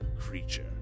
creature